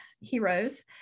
heroes